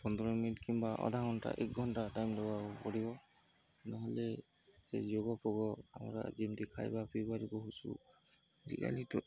ପନ୍ଦର ମିନିଟ କିମ୍ବା ଅଧା ଘଣ୍ଟା ଏକ ଘଣ୍ଟା ଟାଇମ୍ ଦେବାକୁ ପଡ଼ିବ ନହେଲେ ସେ ଯୋଗ ପୋଗ ଆମ ଯେମିତି ଖାଇବା ପିଇବା ଆଜିକାଲି ତ